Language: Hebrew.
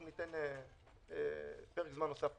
ניתן פרק זמן נוסף.